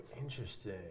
interesting